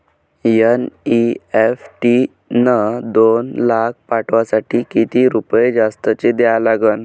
NEFT न दोन लाख पाठवासाठी किती रुपये जास्तचे द्या लागन?